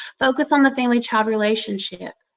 focus on the family-child relationship.